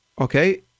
okay